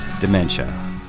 dementia